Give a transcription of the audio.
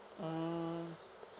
mmhmm